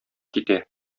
китә